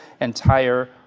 entire